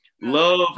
love